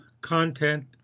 content